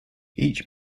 each